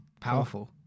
Powerful